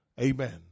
Amen